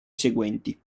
seguenti